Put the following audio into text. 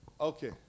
Okay